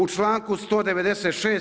U članku 196.